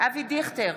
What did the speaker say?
אבי דיכטר,